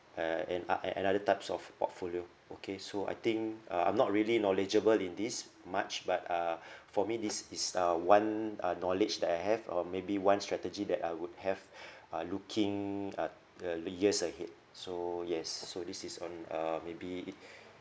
uh and uh an another types of portfolio okay so I think uh I'm not really knowledgeable in this much but uh for me this is uh one uh knowledge that I have or maybe one strategy that I would have uh looking uh the the years ahead so yes so this is on uh maybe